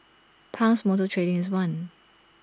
Pang's motor trading is one